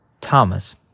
Thomas